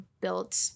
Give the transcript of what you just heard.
built